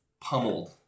pummeled